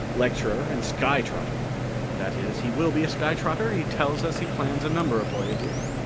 lecturer and sky-trotter that is, he will be a sky-trotter he tells us he plans a number of voyages.